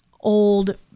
old